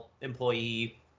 employee